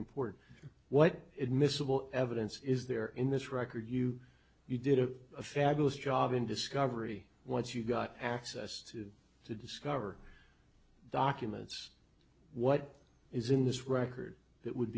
important what it miscible evidence is there in this record you you did a fabulous job in discovery once you got access to to discover documents what is in this record that would